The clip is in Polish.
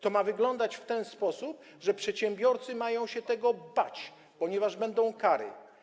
To ma wyglądać w ten sposób, że przedsiębiorcy mają się tego bać, ponieważ będą kary.